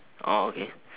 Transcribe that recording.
oh okay